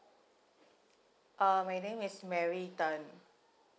uh my name is mary tan